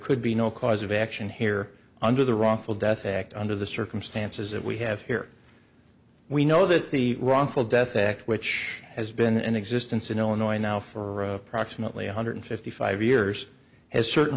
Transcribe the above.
could be no cause of action here under the wrongful death act under the circumstances that we have here we know that the wrongful death act which has been in existence in illinois now for a proximately one hundred fifty five years has certain